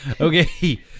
Okay